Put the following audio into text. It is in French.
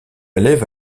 élève